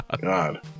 God